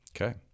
okay